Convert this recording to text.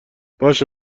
باشه